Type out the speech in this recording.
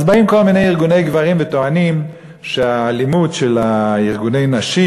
אז באים כל מיני ארגוני גברים וטוענים שהאלימות של ארגוני הנשים,